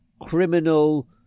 criminal